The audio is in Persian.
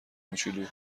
موچولو